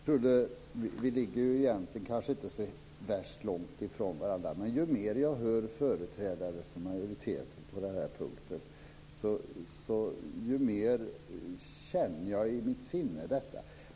Fru talman! Vi ligger kanske egentligen inte så värst långt ifrån varandra, men ju mer jag hör företrädare för majoriteten på denna punkt, desto mer känner jag i mitt sinne.